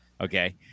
okay